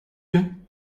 you